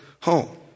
home